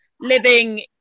living